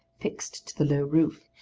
fixed to the low roof,